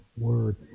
word